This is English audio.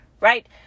right